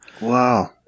wow